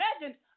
imagine